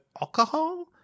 alcohol